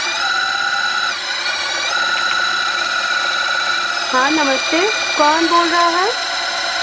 हाँ नमस्ते कौन बोल रहा है